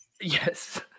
yes